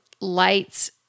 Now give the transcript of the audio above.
lights